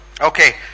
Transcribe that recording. okay